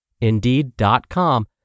Indeed.com